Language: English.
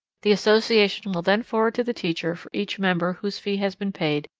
the association will then forward to the teacher for each member whose fee has been paid,